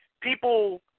people